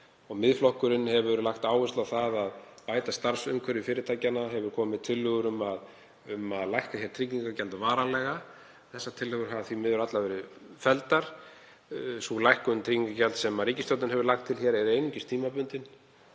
Miðflokkurinn hefur lagt áherslu á að bæta starfsumhverfi fyrirtækja. Hann hefur komið með tillögur um að lækka tryggingagjald varanlega. Þessar tillögur hafa því miður allar verið felldar. Sú lækkun tryggingagjalds sem ríkisstjórnin hefur lagt til hér er einungis tímabundin